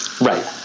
Right